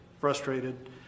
frustrated